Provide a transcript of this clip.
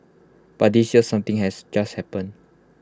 but this year something has just happened